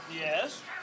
Yes